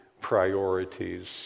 priorities